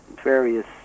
various